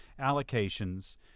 allocations